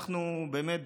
אנחנו באמת,